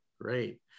Great